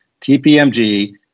TPMG